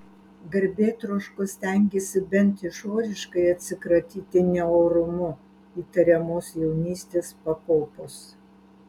garbėtroškos stengėsi bent išoriškai atsikratyti neorumu įtariamos jaunystės pakopos